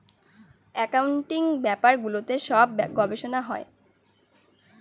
accounting ব্যাপারগুলোতে সব গবেষনা হয়